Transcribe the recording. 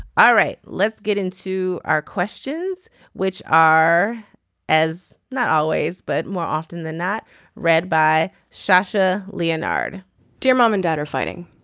all right let's get into our questions which are as not always but more often than not read by sasha lenard dear mom and dad are fighting.